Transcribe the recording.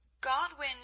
Godwin